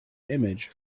image